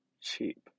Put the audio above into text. cheap